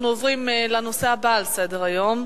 אנחנו עוברים לנושא הבא על סדר-היום: